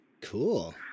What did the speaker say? cool